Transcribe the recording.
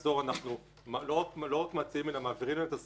אנחנו לא רק מעצימים אלא מעבירים מהם את הזכויות,